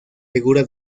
figura